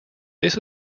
this